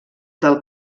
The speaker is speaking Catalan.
del